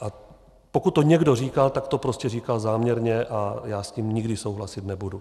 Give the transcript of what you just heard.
A pokud to někdo říkal, tak to prostě říkal záměrně a já s tím nikdy souhlasit nebudu.